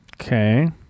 Okay